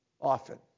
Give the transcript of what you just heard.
often